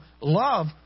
love